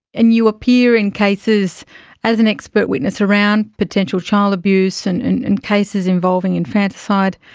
and you appear in cases as an expert witness around potential child abuse and and and cases involving infanticide.